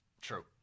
True